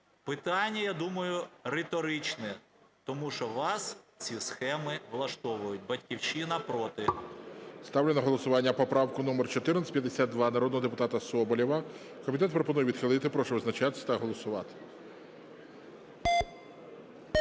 Питання, я думаю, риторичне. Тому що вас ці схеми влаштовують. "Батьківщина" – проти. ГОЛОВУЮЧИЙ. Ставлю на голосування поправку номер 1452 народного депутата Соболєва. Комітет пропонує відхилити. Прошу визначатись та голосувати.